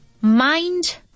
mind